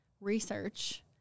research